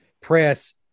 press